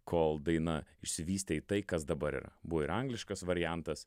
kol daina išsivystė į tai kas dabar yra buvo ir angliškas variantas